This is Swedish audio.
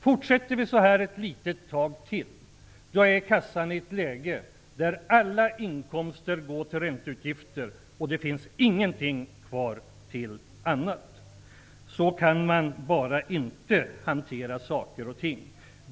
Fortsätter vi så här ett litet tag till kommer snart alla kassans inkomster att gå till ränteutgifter, och ingenting kommer att finnas kvar till annat. Så kan man bara inte hantera saker och ting.